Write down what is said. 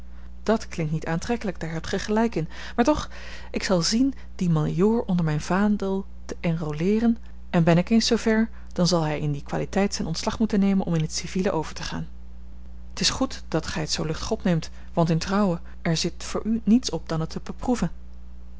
dat klinkt niet aantrekkelijk daar hebt ge gelijk in maar toch ik zal zien dien majoor onder mijn vaandel te enroleeren en ben ik eens zoo ver dan zal hij in die kwaliteit zijn ontslag moeten nemen om in t civiele over te gaan t is goed dat gij het zoo luchtig opneemt want in trouwe er zit voor u niets op dan het te beproeven